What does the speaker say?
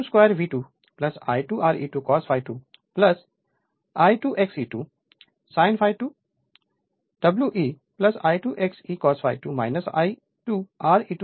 तो E22 V2 I2 Re2 cos ∅2 I2 XE2 sin ∅2 wholE2 I2 XE2 cos ∅2 I2 Re2 sin ∅22 होगा